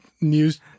news